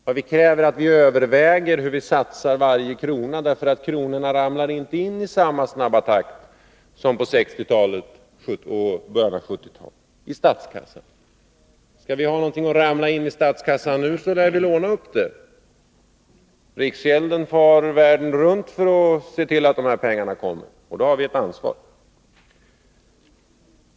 Vad vi kräver är att vi skall överväga hur vi satsar varje krona — kronorna ramlar inte in i statskassan i samma snabba takt nu som på 1960 och 1970-talet. Nu får vi låna upp dessa.